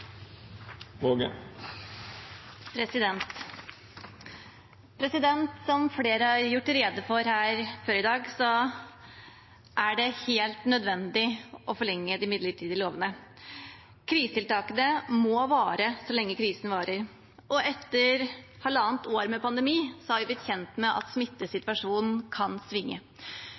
det helt nødvendig å forlenge de midlertidige lovene. Krisetiltakene må vare så lenge krisen varer. Etter halvannet år med pandemi har vi blitt kjent med at smittesituasjonen kan svinge.